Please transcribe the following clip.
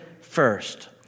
first